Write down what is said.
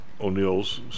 O'Neill's